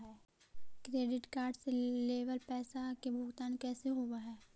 Credit card से लेवल पैसा के भुगतान कैसे होव हइ?